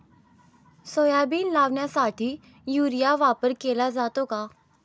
Soybean लागवडीसाठी युरियाचा वापर केला जातो का?